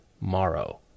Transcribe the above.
Morrow